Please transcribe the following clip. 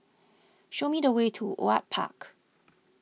show me the way to Ewart Park